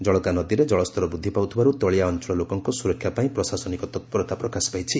ଜଳକା ନଦୀରେ ଜଳସ୍ତର ବୃକ୍ଧି ପାଉଥିବାରୁ ତଳିଆ ଅଞ୍ଞଳ ଲୋକଙ୍କ ସୁରକ୍ଷା ପାଇଁ ପ୍ରଶାସନିକ ତପ୍ରତା ପ୍ରକାଶ ପାଇଛି